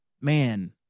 man